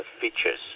features